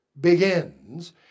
begins